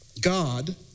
God